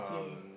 ya